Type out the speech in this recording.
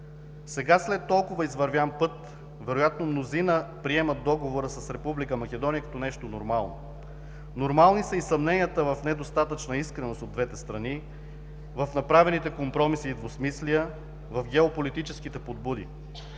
Сега, след толкова извървян път, вероятно мнозина приемат Договора с Република Македония като нещо нормално. Нормални са и съмненията в недостатъчна искреност от двете страни, в направените компромиси и двусмислия, в геополитическите подбуди.